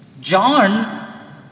John